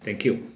thank you